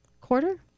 Quarter